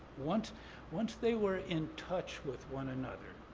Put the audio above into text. once once they were in touch with one another.